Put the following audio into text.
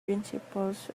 principles